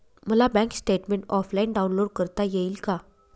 मला bank statement offline download करता येईल का?